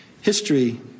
history